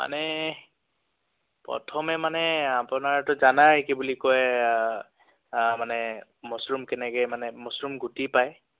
মানে প্ৰথমে মানে আপোনাৰতো জানাই কি বুলি কয় মানে মাচৰুম কেনেকৈ মানে মচৰুম গুটি পায়